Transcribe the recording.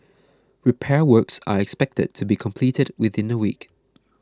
repair works are expected to be completed within a week